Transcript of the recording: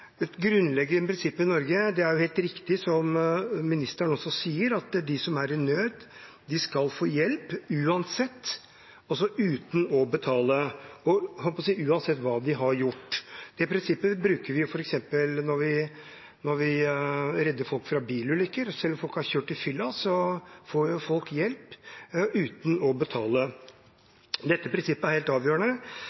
et ansvar i sin egen beredskap, jeg ønsker å ta opp. Det grunnleggende prinsippet i Norge er – helt riktig, som ministeren også sier – at de som er i nød, skal få hjelp uansett, uten å betale, og jeg holdt på å si uansett hva de har gjort. Det prinsippet bruker vi f.eks. når vi redder folk fra bilulykker. Selv om folk har kjørt i fylla, får de hjelp uten å betale.